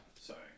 Sorry